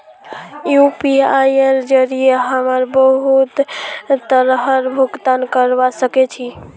यूपीआईर जरिये हमरा बहुत तरहर भुगतान करवा सके छी